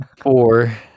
Four